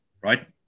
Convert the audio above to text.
right